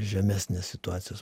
žemesnės situacijos